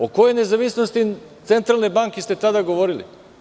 O kojoj nezavisnosti centralne banke ste tada govorili?